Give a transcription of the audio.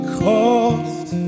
cost